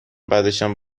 بعدشم